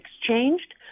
exchanged